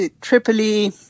Tripoli